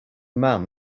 man